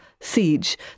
siege